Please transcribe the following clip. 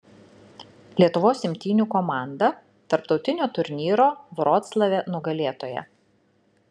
lietuvos imtynių komanda tarptautinio turnyro vroclave nugalėtoja